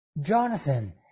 Jonathan